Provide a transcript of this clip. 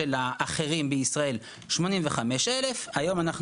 או הנתונים הבינלאומיים לה-פרגולה q והמכון לאסטרטגיה יהודית בעולם.